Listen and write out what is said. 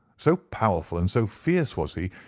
so powerful and so fierce was he,